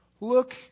Look